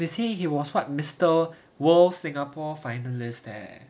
they say he was what mister world Singapore finalist leh